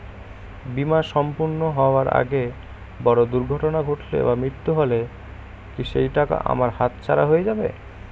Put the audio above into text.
বীমা সম্পূর্ণ হওয়ার আগে বড় দুর্ঘটনা ঘটলে বা মৃত্যু হলে কি সেইটাকা আমার হাতছাড়া হয়ে যাবে?